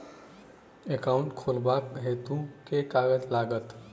Account खोलाबक हेतु केँ कागज लागत?